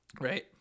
right